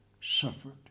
suffered